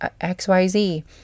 XYZ